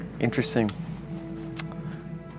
Interesting